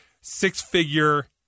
six-figure